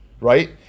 right